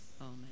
Amen